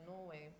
Norway